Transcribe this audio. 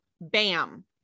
Bam